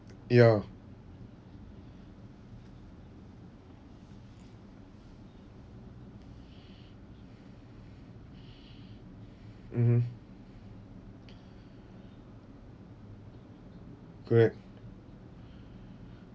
ya mmhmm correct